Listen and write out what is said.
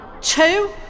two